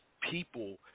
people